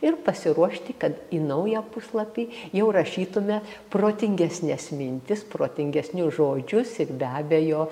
ir pasiruošti kad į naują puslapį jau rašytume protingesnes mintis protingesnius žodžius ir be abejo